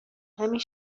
همین